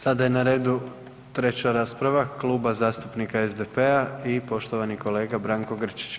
Sada je na redu treća rasprava Kluba zastupnika SDP-a i poštovani kolega Branko Grčić.